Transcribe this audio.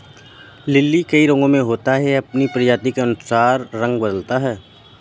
lily कई रंगो में होता है, यह अपनी प्रजाति के अनुसार रंग बदलता है